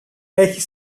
έχει